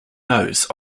nose